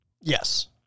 yes